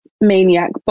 maniac